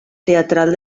teatral